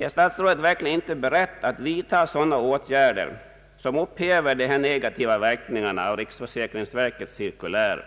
Är statsrådet verkligen inte beredd att vidta sådana åtgärder som upphäver de negativa verkningarna av riksförsäkringsverkets cirkulär,